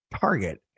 Target